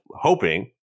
hoping